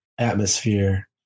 Atmosphere